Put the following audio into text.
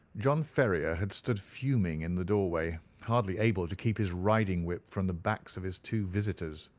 john ferrier had stood fuming in the doorway, hardly able to keep his riding-whip from the backs of his two visitors.